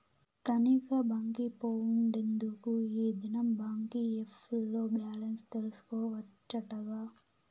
తనీగా బాంకి పోవుడెందుకూ, ఈ దినం బాంకీ ఏప్ ల్లో బాలెన్స్ తెల్సుకోవచ్చటగా